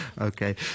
Okay